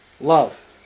love